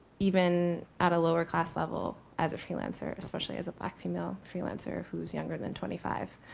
even at a lower class level as a freelancer, especially as a black female freelancer who's younger than twenty five.